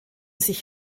sich